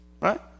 Right